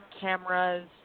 cameras